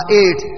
eight